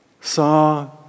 saw